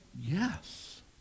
yes